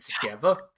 together